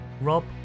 Rob